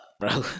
Bro